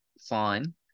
fine